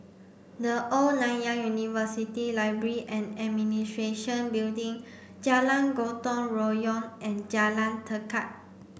the Old Nanyang University Library and Administration Building Jalan Gotong Royong and Jalan Tekad